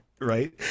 right